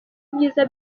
ibyiza